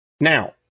Now